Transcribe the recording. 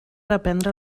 reprendre